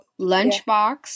Lunchbox